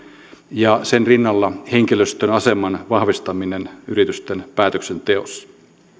ja sen rinnalla henkilöstön aseman vahvistaminen yritysten päätöksenteossa